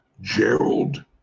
Gerald